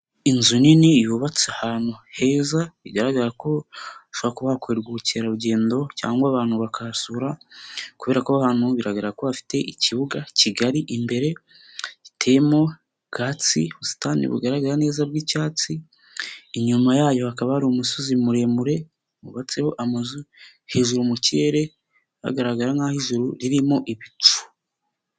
Inzu nini yubatse ahantu heza bigaragara ko hashobora kuba hakorerarwa ubukerarugendo, cyangwa abantu bakahasura kubera ko ahantu bigaragara ko bafite ikibuga kigari imbere, giteyemo bwatsi ubusitani bugaragara neza bw'icyatsi, inyuma yayo hakaba hari umusozi muremure wubatseho amazu, hejuru mu kirere hagaragara nk'aho ijuru ririmo ibicu.